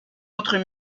autres